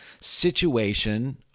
situation